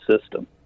system